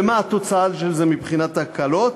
ומה התוצאה של זה מבחינת ההקלות.